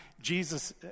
Jesus